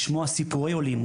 לשמוע סיפורי עולים,